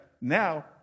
now